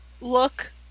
Look